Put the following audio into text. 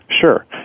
Sure